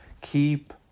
Keep